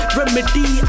remedy